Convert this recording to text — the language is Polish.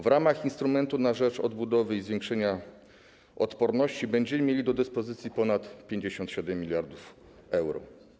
W ramach instrumentu na rzecz odbudowy i zwiększenia odporności będziemy mieli do dyspozycji ponad 57 mld euro.